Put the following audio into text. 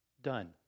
done